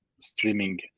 streaming